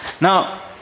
Now